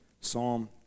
Psalm